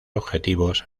objetivos